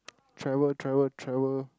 travel travel travel